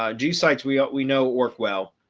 ah do you sites we ah we know work well